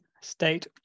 state